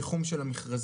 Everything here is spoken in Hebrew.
תיחום של המכרזים.